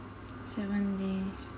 seven days